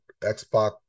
xbox